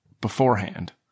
beforehand